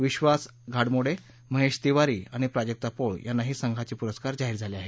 विक्वास वाघमोडे महेश तिवारी आणि प्राजक्ता पोळ यांनाही संघाचे पुरस्कार जाहीर झाले आहेत